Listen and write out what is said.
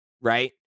right